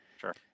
Sure